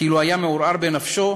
כאילו היה מעורער בנפשו,